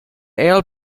earl